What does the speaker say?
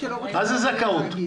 מה זה זכאות?